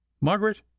Margaret